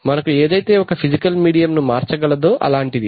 మనకు ఏదైతే ఒక ఫిజికల్ మీడియం ను మార్చగలదో అలాంటిది